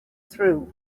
through